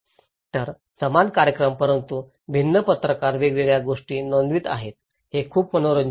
तर समान कार्यक्रम परंतु भिन्न पत्रकार वेगवेगळ्या गोष्टी नोंदवित आहेत हे खूप मनोरंजक आहे